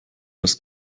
das